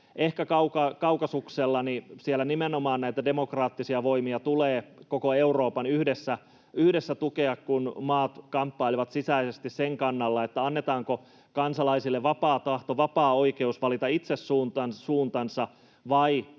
ehkä Kaukasuksella, siellä nimenomaan näitä demokraattisia voimia tulee koko Euroopan yhdessä tukea, kun maat kamppailevat sisäisesti sen suhteen, annetaanko kansalaisille vapaa tahto, vapaa oikeus valita itse suuntansa, vai